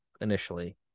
initially